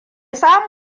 sa